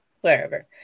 wherever